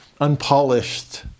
unpolished